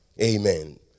Amen